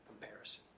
comparison